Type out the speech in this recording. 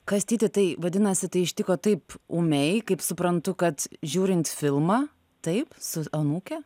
kastyti tai vadinasi tai ištiko taip ūmiai kaip suprantu kad žiūrint filmą taip su anūke